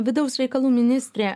vidaus reikalų ministrė